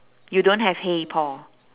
you don't have !hey! paul